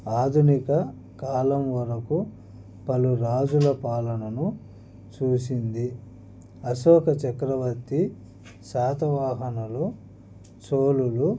ఆధునిక కాలం వరకు పలు రాజుల పాలనను చూసింది అశోక చక్రవర్తి శాతవాహనులు చోళులు